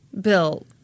Bill